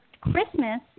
Christmas